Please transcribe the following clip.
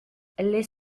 les